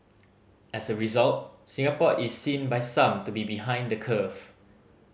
as a result Singapore is seen by some to be behind the curve